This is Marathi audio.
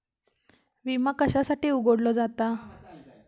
विमा कशासाठी उघडलो जाता?